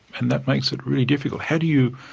and that makes it really difficult. how do you,